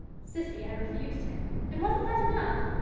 cissy had refused him, and wasn't that enough?